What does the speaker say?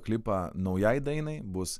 klipą naujai dainai bus